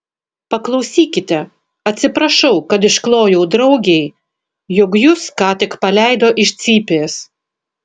paklausykite atsiprašau kad išklojau draugei jog jus ką tik paleido iš cypės